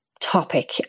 topic